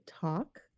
talk